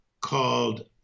called